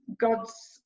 God's